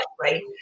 right